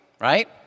right